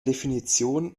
definition